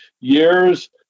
years